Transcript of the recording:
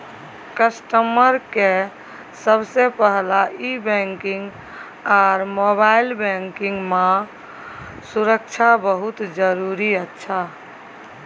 customer के सबसे पहला ई बैंकिंग आर मोबाइल बैंकिंग मां सुरक्षा बहुत जरूरी अच्छा